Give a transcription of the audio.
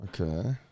Okay